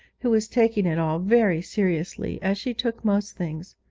who was taking it all very seriously, as she took most things.